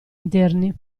interni